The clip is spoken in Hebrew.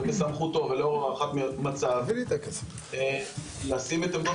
ובסמכותו ולאור הערכת מצב לשים את עמדות